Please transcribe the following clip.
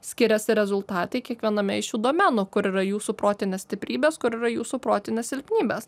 skiriasi rezultatai kiekviename iš šių domenų kur yra jūsų protinės stiprybės kur yra jūsų protinės silpnybės